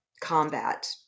combat